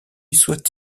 soit